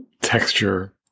texture